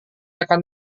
akan